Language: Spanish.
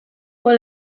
con